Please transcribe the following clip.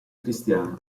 cristiana